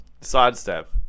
sidestep